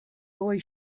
boy